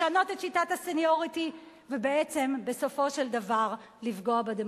לשנות את שיטת הסניוריטי ובעצם בסופו של דבר לפגוע בדמוקרטיה.